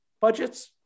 budgets